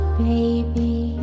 baby